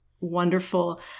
wonderful